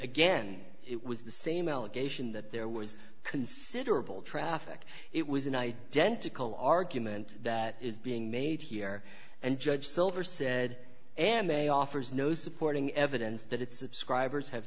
again it was the same allegation that there was considerable traffic it was an identical argument that is being made here and judge silver said and they offers no supporting evidence that it's scribes have